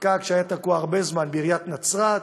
פקק שהיה תקוע הרבה זמן בעיריית נצרת,